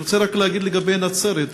אני רוצה רק להגיד לגבי נצרת,